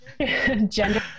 gender